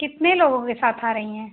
कितने लोगों के साथ आर ही हैं